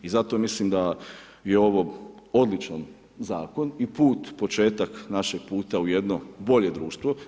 I zato mislim da je ovo odličan zakon i put, početak našeg puta u jedno bolje društvo.